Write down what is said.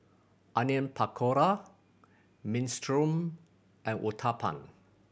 Onion Pakora Minestrone and Uthapam